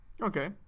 okay